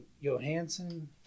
Johansson